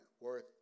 worth